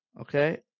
Okay